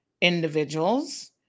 individuals